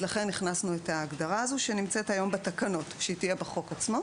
זאת הגדרה שקיימת היום בתקנות באותו הקשר ונצמדנו אליה.